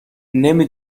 نمی